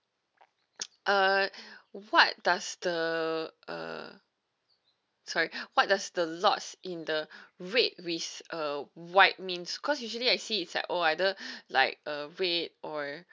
uh what does the uh sorry what does the lots in the red with uh white means cause usually I see it's like oh either like a red or